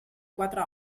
quatre